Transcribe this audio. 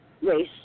race